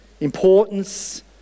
importance